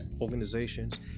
organizations